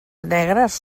negres